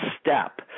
step